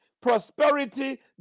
Prosperity